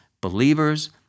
believers